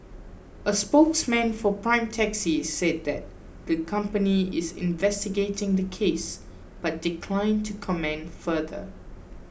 a spokesman for Prime Taxi said that the company is investigating the case but declined to comment further